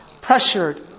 pressured